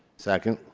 second.